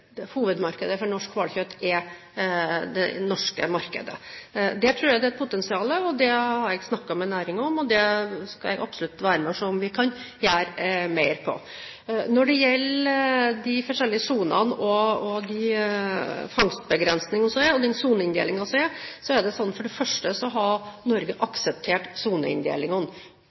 markedet. Der tror jeg det er et potensial. Det har jeg snakket med næringen om, og der skal jeg absolutt se på om ikke vi kan gjøre mer. Når det gjelder de forskjellige sonene og de fangstbegrensningene som finnes, er det slik at Norge har akseptert soneinndelingen – mer og mindre uavhengig av om det er én eller flere genetiske stammer i det